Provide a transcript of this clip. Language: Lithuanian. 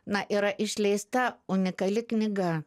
na yra išleista unikali knyga